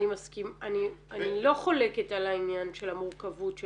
אני לא חולקת על העניין של המורכבות של